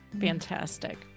Fantastic